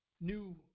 new